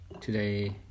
today